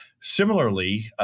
Similarly